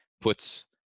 puts